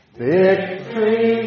victory